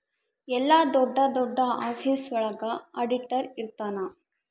ಎಲ್ಲ ದೊಡ್ಡ ದೊಡ್ಡ ಆಫೀಸ್ ಒಳಗ ಆಡಿಟರ್ ಇರ್ತನ